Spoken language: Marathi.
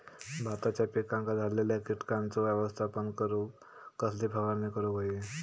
भाताच्या पिकांक झालेल्या किटकांचा व्यवस्थापन करूक कसली फवारणी करूक होई?